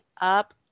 up